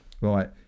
right